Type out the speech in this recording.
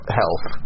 health